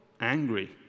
angry